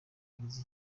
yagize